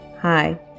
Hi